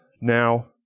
now